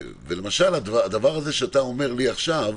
ולמשל, הדבר הזה שאתה אומר לי עכשיו,